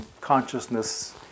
consciousness